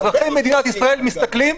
אזרחי מדינת ישראל מסתכלים,